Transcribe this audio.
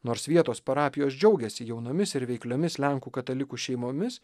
nors vietos parapijos džiaugiasi jaunomis ir veikliomis lenkų katalikų šeimomis